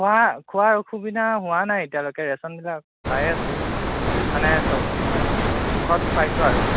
খোৱা খোৱাৰ অসুবিধা হোৱা নাই এতিয়ালৈকে ৰেচনবিলাক পায়ে আছোঁ মানে চব অঁ জোখত পাইছোঁ আৰু